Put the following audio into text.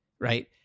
right